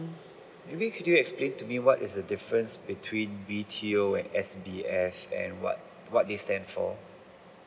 maybe could you explain to me what is the difference between B_T_O and S_B_F and what what they stand for